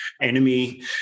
enemy